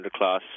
underclass